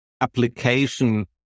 application